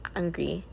angry